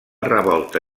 revolta